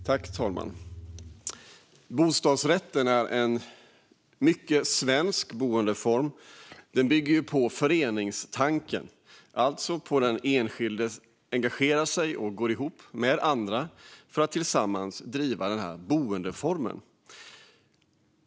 Fru talman! Bostadsrätt är en mycket svensk boendeform som bygger på föreningstanken, alltså på att den enskilde engagerar sig och går ihop med andra för att tillsammans driva denna boendeform.